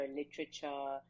literature